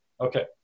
Okay